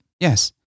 Yes